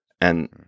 And-